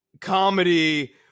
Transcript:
comedy